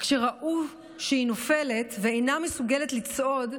כשראו שהיא נופלת ואינה מסוגלת לצעוד,